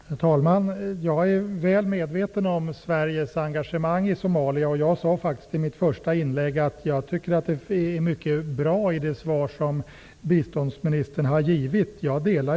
Herr talman! Jag är väl medveten om Sveriges engagemang i Somalia. Jag sade faktiskt i mitt första inlägg att det svar biståndsministern gav var bra.